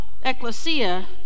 Ecclesia